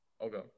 Okay